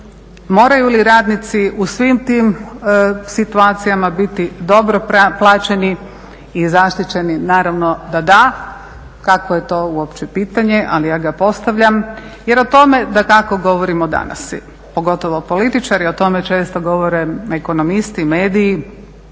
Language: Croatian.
moraju li radnici u svim tim situacijama biti dobro plaćeni? Naravno da da, kakvo je to uopće pitanje, ali ja ga postavljam jer o tome dakako govorimo danas, pogotovo političari o tome često govore, ekonomisti, mediji,